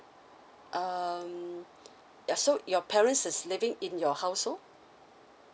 um yeah so your parents is living in your household